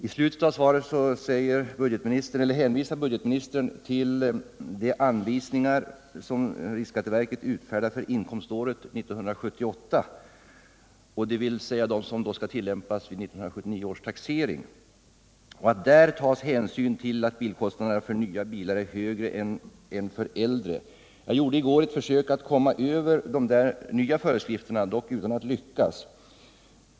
I slutet av svaret hänvisar budgetministern till de anvisningar som riksskatteverket utfärdat för inkomståret 1978, dvs. de som skall tillämpas vid 1979 års taxering, och säger att där tas hänsyn till att bilkostnaderna är högre för nya bilar än för äldre. Jag gjorde i går ett försök att få tag på de nya föreskrifterna, dock utan att lyckas.